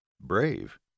Brave